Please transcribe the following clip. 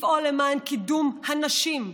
לפעול למען קידום הנשים,